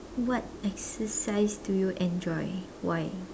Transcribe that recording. what exercise do you enjoy why